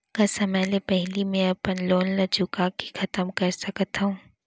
का समय ले पहिली में अपन लोन ला चुका के खतम कर सकत हव?